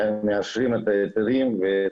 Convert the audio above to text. מאשרים את ההיתרים.